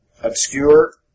obscure